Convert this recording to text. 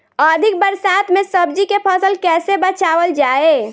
अधिक बरसात में सब्जी के फसल कैसे बचावल जाय?